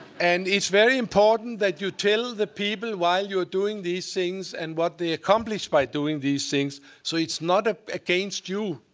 and it's very important that you tell the people why you are doing these things and what they accomplish by doing these things so it's not ah against you.